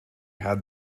had